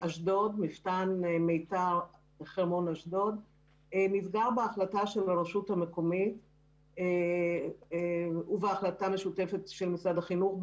מפתן מיתר חרמון באשדוד נסגר בהחלטה של הרשות המקומית ושל משרד החינוך,